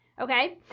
okay